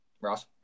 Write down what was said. Ross